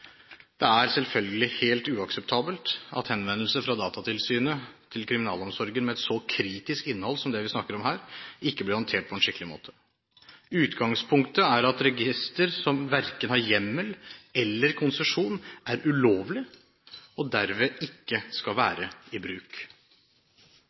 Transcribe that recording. Det er selvfølgelig helt uakseptabelt at henvendelser fra Datatilsynet til kriminalomsorgen med et så kritisk innhold som det vi snakker om her, ikke blir håndtert på en skikkelig måte. Utgangspunktet er at et register som verken har hjemmel eller konsesjon, er ulovlig og derved ikke skal